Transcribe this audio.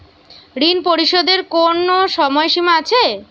ঋণ পরিশোধের কোনো সময় সীমা আছে?